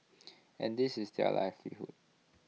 and this is their livelihood